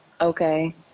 Okay